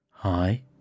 Hi